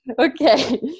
okay